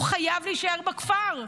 הוא חייב להישאר בכפר,